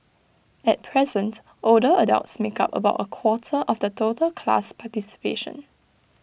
at present older adults make up about A quarter of the total class participation